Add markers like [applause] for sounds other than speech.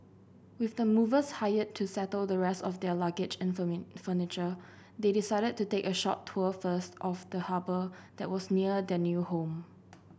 with the movers hired to settle the rest of their luggage and [unintelligible] furniture they decided to take a short tour first of the harbour that was near their new home